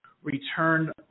return